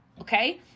okay